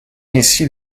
ainsi